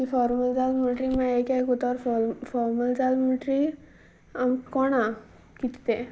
की फोर्मल जाल म्हणुटरीी मागीर एक एकक उत फो फॉर्मल जाल म्हणुटरीी आम कोणा किते तें